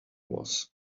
was